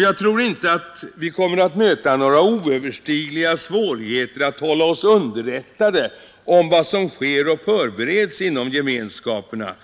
Jag tror inte att vi kommer att möta några oöverstigliga svårigheter att hålla oss underrättade om vad som sker och förbereds inom gemenskaperna,